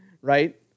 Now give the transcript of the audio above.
right